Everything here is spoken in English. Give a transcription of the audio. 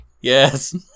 Yes